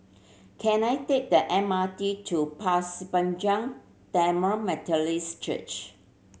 can I take the M R T to Pasir Panjang Tamil Methodist Church